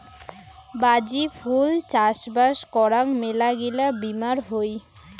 বাজি ফুল চাষবাস করাং মেলাগিলা বীমার হই